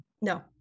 No